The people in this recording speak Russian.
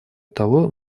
того